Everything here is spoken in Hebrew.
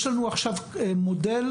יש לנו עכשיו מודל,